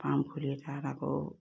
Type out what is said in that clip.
খুলি তাত আকৌ